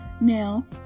Now